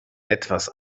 etwas